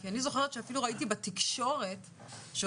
כי אני זוכרת שאפילו ראיתי בתקשורת שאותו